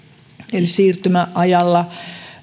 eli siirtymäajalla